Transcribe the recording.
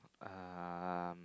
um